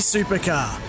Supercar